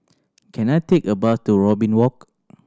can I take a bus to Robin Walk